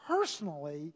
personally